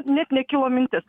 net nekilo mintis